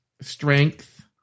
strength